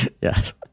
Yes